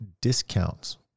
discounts